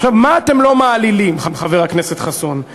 עכשיו, מה אתם לא מעלילים, חבר הכנסת חסון.